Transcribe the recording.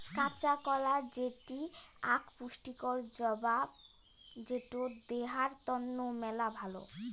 কাঁচা কলা যেটি আক পুষ্টিকর জাবা যেটো দেহার তন্ন মেলা ভালো